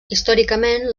històricament